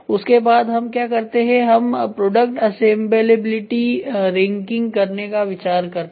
उसके बाद हम क्या करते हैं हम प्रोडक्ट असेंबलेबिलिटी रैंकिंग करने का विचार करते हैं